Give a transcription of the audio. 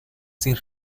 sin